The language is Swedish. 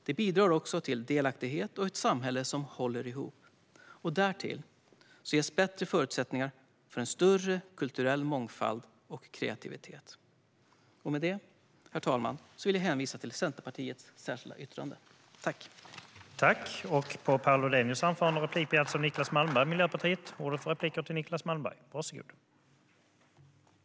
Detta bidrar till delaktighet och ett samhälle som håller ihop. Därtill ges bättre förutsättningar för en större kulturell mångfald och kreativitet. Med detta, herr talman, vill jag hänvisa till Centerpartiets särskilda yttrande.